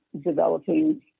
developing